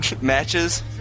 matches